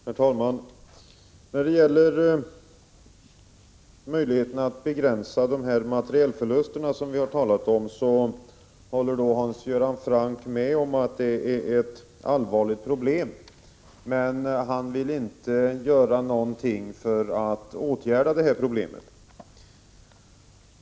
Herr talman! När det gäller möjligheterna att begränsa de materielförluster vi har talat om håller Hans Göran Franck med om att det är ett allvarligt problem, men han vill inte göra någonting för att åtgärda det problemet.